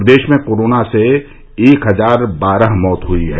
प्रदेश में कोरोना से एक हजार बारह मौत हुई हैं